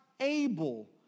Able